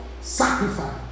Sacrifice